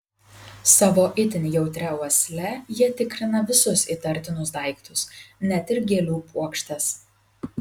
savo itin jautria uosle jie tikrina visus įtartinus daiktus net ir gėlių puokštes